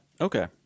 Okay